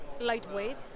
lightweight